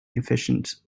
efficient